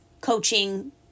coaching